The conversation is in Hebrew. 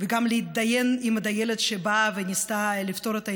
וגם להידיין עם הדיילת שבאה וניסתה לפתור את העניין.